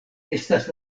estas